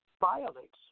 violates